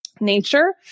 nature